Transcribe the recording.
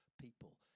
people